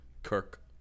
Kirk